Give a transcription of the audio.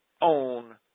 own